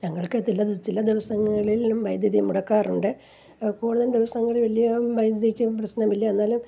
ഞങ്ങൾക്ക് തില ചില ദിവസങ്ങളിലും വൈദ്യുതി മുടക്കാറുണ്ട് കൂടുതൽ ദിവസങ്ങളിലും വലിയ വൈദ്യുതിക്ക് പ്രശ്നമില്ല എന്നാലും